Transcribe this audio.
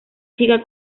chica